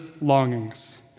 longings